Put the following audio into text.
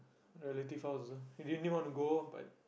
relative house also I didn't really want to go but